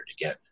again